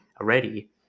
already